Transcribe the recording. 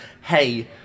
hey